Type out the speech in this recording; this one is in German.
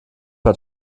hat